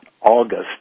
August